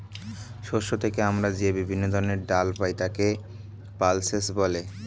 শস্য থেকে আমরা যে বিভিন্ন ধরনের ডাল পাই তাকে পালসেস বলে